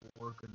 work